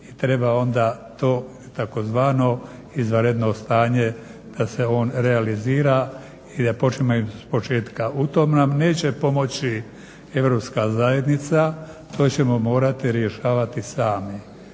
treba onda to tzv. izvanredno stanje da se on realizira i da počnemo iz početka. U tome nam neće pomoći Europska zajednica. To ćemo morati rješavati sami